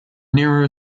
niro